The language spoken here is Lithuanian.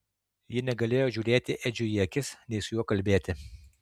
ji negalėjo žiūrėti edžiui į akis nei su juo kalbėti